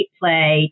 play